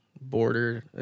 border